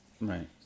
Right